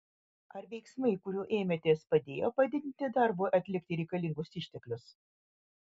ar veiksmai kurių ėmėtės padėjo padidinti darbui atlikti reikalingus išteklius